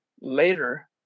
later